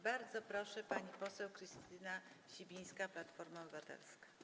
Bardzo proszę, pani poseł Krystyna Sibińska, Platforma Obywatelska.